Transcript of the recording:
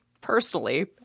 personally